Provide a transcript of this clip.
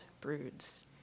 broods